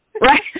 Right